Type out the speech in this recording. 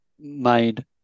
made